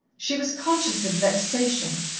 she was conscious of vexation.